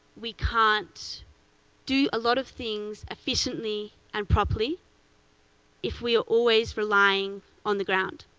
we can't do a lot of things efficiently and properly if we are always relying on the ground.